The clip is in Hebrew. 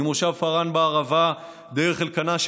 ממושב פארן שבערבה דרך אלקנה,